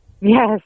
Yes